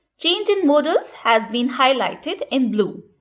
change in modals has been highlighted in blue.